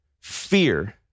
Fear